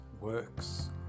works